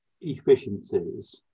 efficiencies